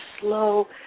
slow